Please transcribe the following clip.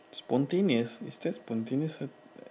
spontaneous is that spontaneous that that